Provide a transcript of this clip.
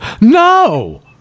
no